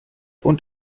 und